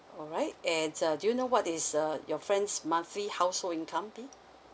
all right and uh do you know what is uh your friend's monthly household income be